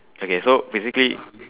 okay so basically